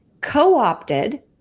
co-opted